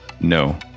No